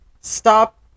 Stop